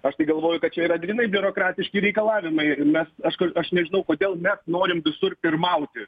aš tai galvoju kad čia yra grynai biurokratiški reikalavimai mes aš kol aš nežinau kodėl mes norim visur pirmauti